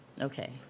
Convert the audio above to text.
Okay